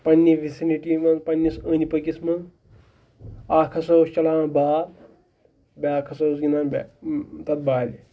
پنٛنہِ وِسنِٹی منٛز پَننِس أنٛدۍ پٔکِس منٛز اَکھ ہَسا اوس چَلاوان بال بیٛاکھ ہَسا اوس گِنٛدان تَتھ بالہِ